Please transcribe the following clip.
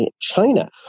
China